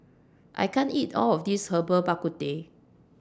I can't eat All of This Herbal Bak Ku Teh